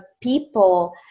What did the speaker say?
people